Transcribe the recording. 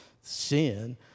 sin